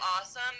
awesome